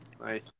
Nice